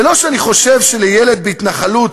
ולא שאני חושב שלילד בהתנחלות,